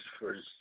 first